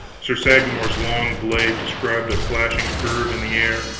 sir sagramor's long blade described a flashing curve in the air,